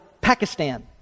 Pakistan